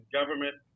government